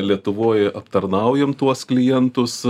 lietuvoj aptarnaujam tuos klientus